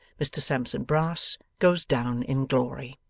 mr sampson brass goes down in glory.